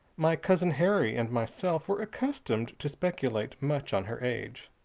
my cousin harry and myself were accustomed to speculate much on her age.